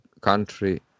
country